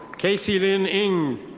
kasirin ng.